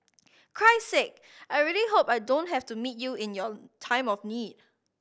Christ Sake I really hope I don't have to meet you in your time of need